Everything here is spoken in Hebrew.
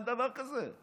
אין דבר כזה.